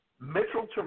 Mitchell